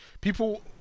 people